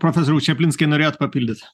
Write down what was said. profesoriau čepinskai norėjot papildyt